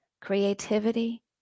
creativity